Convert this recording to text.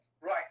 Right